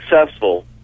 successful